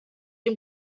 den